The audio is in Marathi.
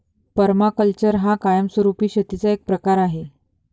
पर्माकल्चर हा कायमस्वरूपी शेतीचा एक प्रकार आहे